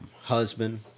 husband